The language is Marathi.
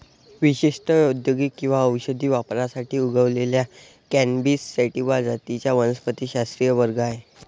विशेषत औद्योगिक किंवा औषधी वापरासाठी उगवलेल्या कॅनॅबिस सॅटिवा जातींचा वनस्पतिशास्त्रीय वर्ग आहे